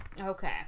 Okay